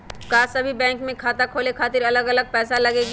का सभी बैंक में खाता खोले खातीर अलग अलग पैसा लगेलि?